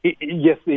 Yes